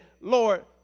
Lord